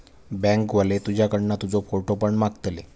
bank वाले तुझ्याकडना तुजो फोटो पण मागतले